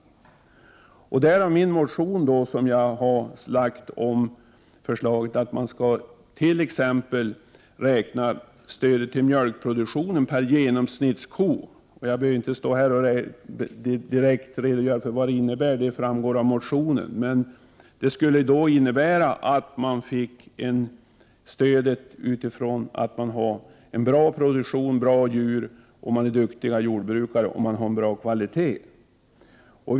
2 juni 1989 I min motion har jag föreslagit att man skall räkna stödet till mjölkproduktionen per ”genomsnittsko”. Jag behöver inte här redogöra i detalj för förslaget; det framgår av motionen. Men det skulle innebära att man fick stöd med hänsyn till att man har en bra produktion, bra djur, bra kvalitet, och att man är duktig jordbrukare.